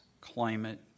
climate